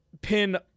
Pin